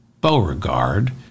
Beauregard